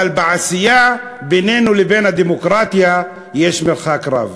אבל בעשייה, בינינו לבין הדמוקרטיה יש מרחק רב.